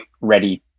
ready